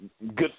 good